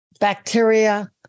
Bacteria